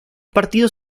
partidos